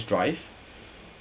drive